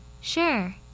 Sure